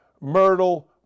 Myrtle